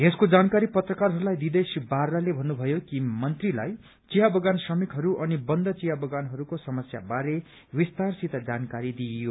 यसको जानकारी पत्रकारहरूलाई दिँदै श्री बारलाले भत्रुभयो कि मन्त्रीलाई चिया बगान श्रमिकहरू अनि बन्द चिया बगानहरूो समस्या बारे विस्तारसित जानकारी दिइयो